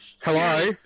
Hello